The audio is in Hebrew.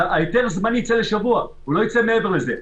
ההיתר הזמני יצא לשבוע, הוא לא יצא מעבר לזה.